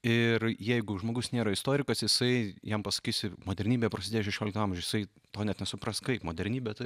ir jeigu žmogus nėra istorikas jisai jam pasakysi modernybė prasidėjo šešioliktam amžiuje jisai to net nesupras kaip modernybė tai